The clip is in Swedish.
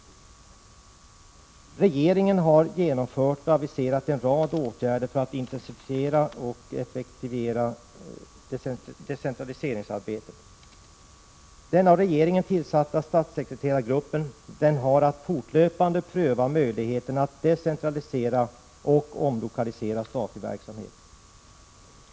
Regeringen har genomfört och aviserat en rad åtgärder för att intensifiera och effektivera decentraliseringsarbetet. Den av regeringen tillsatta statssekreterargruppen har att fortlöpande 93 pröva möjligheterna att decentralisera och omlokalisera statlig verksamhet.